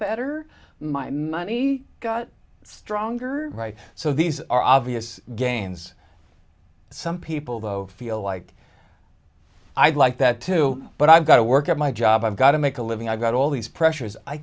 better my money got stronger right so these are obvious gains some people though feel like i'd like that too but i've got to work at my job i've got to make a living i've got all these pressures i